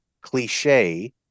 cliche